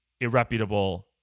irreputable